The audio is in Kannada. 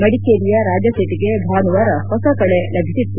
ಮಡಿಕೇರಿಯ ರಾಜಾಸೀಟ್ಗೆ ಭಾನುವಾರ ಹೊಸಕಳೆ ಲಭಿಸಿತ್ತು